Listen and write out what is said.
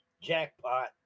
jackpot